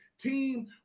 team